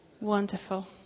Wonderful